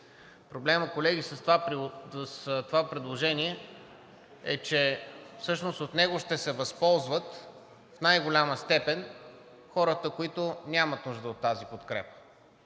Проблемът, колеги, с това предложение е, че всъщност от него ще се възползват в най-голяма степен хората, които нямат нужда от тази подкрепа,